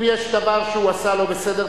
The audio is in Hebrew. אם יש דבר שהוא עשה לא בסדר,